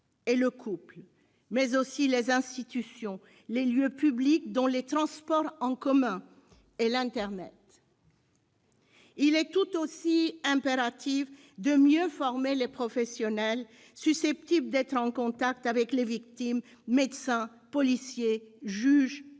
et le couple, mais aussi les institutions, les lieux publics, dont les transports en commun, et l'internet. Il est tout aussi impératif de mieux former les professionnels susceptibles d'être en contact avec les victimes : médecins, policiers, juges,